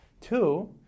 Two